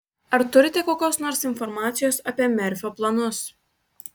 ar turite kokios nors informacijos apie merfio planus